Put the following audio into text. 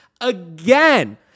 Again